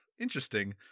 Interesting